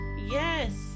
Yes